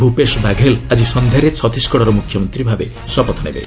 ଭୁପେଶ ବାଘେଲ ଆଜି ସନ୍ଧ୍ୟାରେ ଛତିଶଗଡ଼ର ମୁଖ୍ୟମନ୍ତ୍ରୀ ଭାବେ ଶପଥ ନେବେ